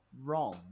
wrong